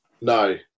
No